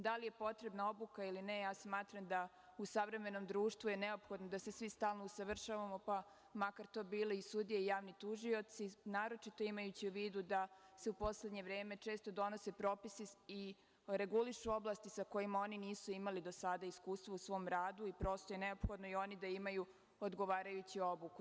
Da li je potrebna obuka ili ne, smatram da u savremenom društvu je neophodno da se svi stalno usavršavamo, pa makar to bile i sudije i javni tužioci, naročito imajući u vidu da se u poslednje vreme često donose propisi i regulišu oblasti sa kojima oni nisu imali do sada iskustvo u svom radu i prosto je neophodno i oni da imaju odgovarajuću obuku.